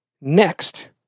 Next